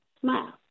Smile